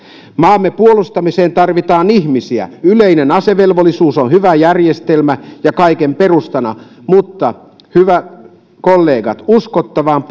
maamme puolustamiseen tarvitaan ihmisiä yleinen asevelvollisuus on hyvä järjestelmä ja kaiken perustana mutta hyvät kollegat uskottavaan